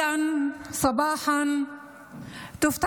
לענייננו, (אומרת